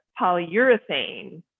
polyurethane